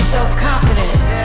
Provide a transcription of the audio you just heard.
Self-confidence